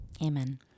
Amen